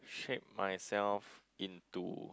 shape myself into